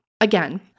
Again